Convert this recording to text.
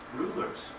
rulers